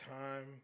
time